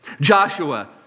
Joshua